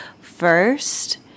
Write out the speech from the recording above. first